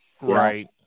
Right